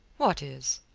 what is?